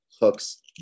hook's